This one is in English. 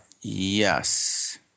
Yes